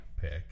pick